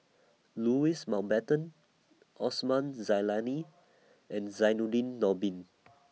Louis Mountbatten Osman Zailani and Zainudin Nordin